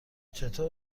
چطور